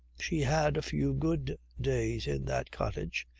she had a few good days in that cottage.